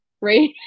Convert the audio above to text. right